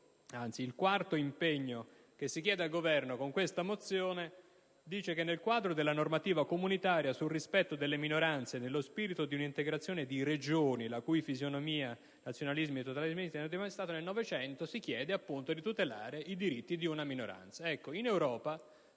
Il quarto impegno che si chiede al Governo con questa mozione è, "nel quadro della normativa comunitaria sul rispetto delle minoranze e nello spirito di un'integrazione di regioni la cui fisionomia nazionalismi e totalitarismi hanno devastato nel '900", di tutelare i diritti di una minoranza.